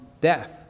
death